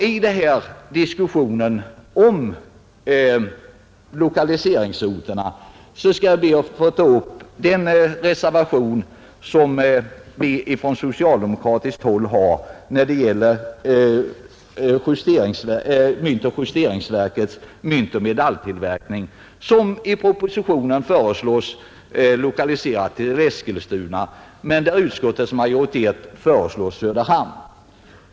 I denna diskussion om lokaliseringsorterna skall jag be att få ta upp den reservation som vi från socialdemokratiskt håll lagt fram när det gäller myntoch justeringsverkets myntoch medaljtillverkning, som i propositionen föreslås lokaliseras till Eskilstuna, medan utskottets majoritet föreslår Söderhamn.